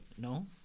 No